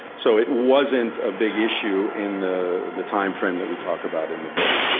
so it wasn't a big issue in the the timeframe that we talk about in the book.